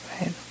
right